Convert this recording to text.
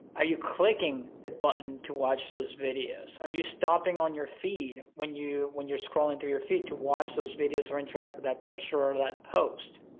are you clicking the button to watch those videos? are you stopping on your feed when you, when you're scrolling through your feed to watch those videos or interact with but that picture or that post,